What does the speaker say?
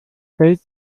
stellt